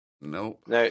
Nope